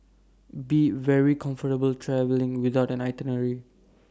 be very comfortable travelling without an itinerary